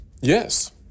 Yes